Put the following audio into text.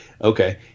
okay